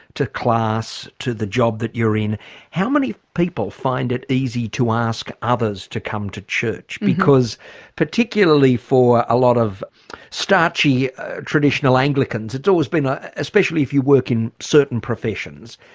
to class, to the job that you're in how many people find it easy to ask others to come to church? because particularly for a lot of starchy traditional anglicans, it's always been, ah especially if you work in certain professions,